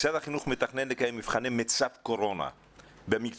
משרד החינוך מתכנן לקיים מבחני מיצב קורונה במקצועות